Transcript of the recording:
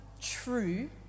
true